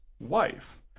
wife